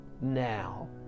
Now